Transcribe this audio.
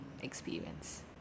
experience